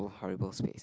horrible space